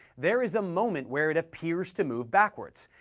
there is a moment where it appears to move backwards,